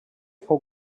fou